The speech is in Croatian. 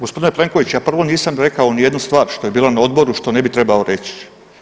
Gospodine Plenkoviću, ja prvo nisam rekao nijednu stvar što je bila na odboru što ne bi trebao reć.